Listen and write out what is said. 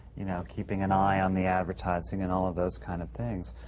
you know, keeping an eye on the advertising and all of those kind of things.